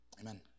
Amen